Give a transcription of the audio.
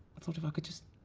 i thought if i could just.